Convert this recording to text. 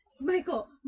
Michael